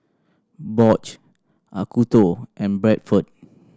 Bosch Acuto and Bradford